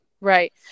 Right